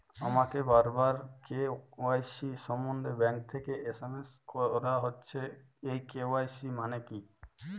আমাকে বারবার কে.ওয়াই.সি সম্বন্ধে ব্যাংক থেকে এস.এম.এস করা হচ্ছে এই কে.ওয়াই.সি মানে কী?